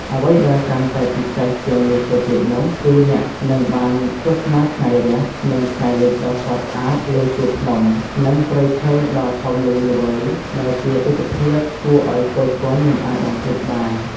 អ្វីដែលកាន់តែពិសេសជាងនេះទៅទៀតនោះគឺ អ្នកនឹងបានទស្សនាថ្ងៃរះ និងថ្ងៃលិចដ៏ស្រស់ស្អាតលើជួរភ្នំ និងព្រៃឈើដ៏ធំល្វឹងល្វើយ ដែលជាទិដ្ឋភាពគួរឲ្យគយគន់មិនអាចបំភ្លេចបាន។